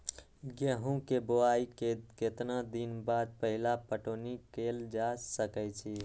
गेंहू के बोआई के केतना दिन बाद पहिला पटौनी कैल जा सकैछि?